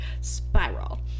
spiral